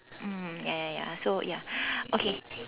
mm ya ya ya so ya okay